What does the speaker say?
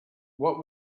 what